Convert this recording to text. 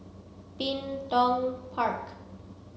Bin Tong Park